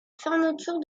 fermeture